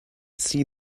see